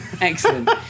Excellent